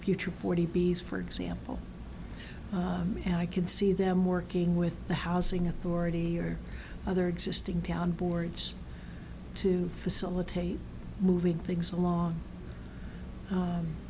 future forty b s for example and i could see them working with the housing authority or other existing town boards to facilitate moving things along